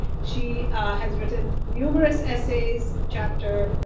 she has written numerous essays, chapters,